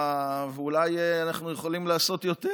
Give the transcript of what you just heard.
ואולי אנחנו יכולים לעשות יותר.